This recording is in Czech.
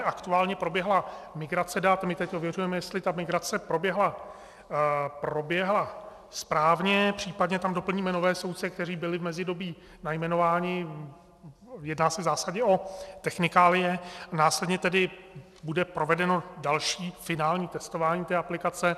Aktuálně proběhla migrace dat, teď ověřujeme, jestli migrace proběhla správně, případně tam doplníme nové soudce, kteří byli v mezidobí najmenováni, jedná se v zásadě o technikálie, a následně tedy bude provedeno další, finální testování té aplikace.